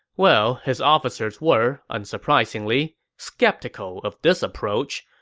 well, his officers were, unsurprisingly, skeptical of this approach,